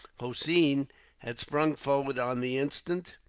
hossein had sprung forward on the instant,